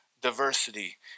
diversity